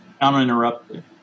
uninterrupted